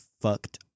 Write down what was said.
fucked